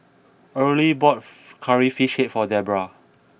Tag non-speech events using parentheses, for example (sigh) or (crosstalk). early bought (noise) Curry Fish Head for Debbra